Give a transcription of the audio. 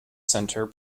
center